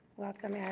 welcome, eric.